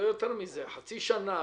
אולי חצי שנה,